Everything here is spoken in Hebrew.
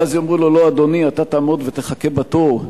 ואז יאמרו לו: לא, אדוני, אתה תעמוד ותחכה בתור,